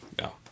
No